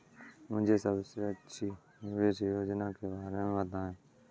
मुझे सबसे अच्छी निवेश योजना के बारे में बताएँ?